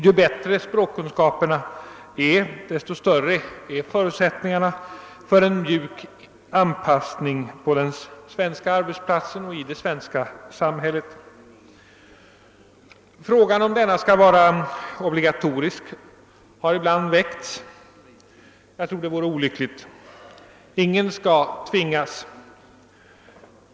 Ju bättre språkkunskaperna är, desto större är förutsättningarna för en mjuk anpassning på den svenska arbetsplatsen och i det svenska samhället. Frågan om undervisningen skall vara obligatorisk har ibland väckts. Jag tror att detta vore olyckligt. Ingen skall tvingas.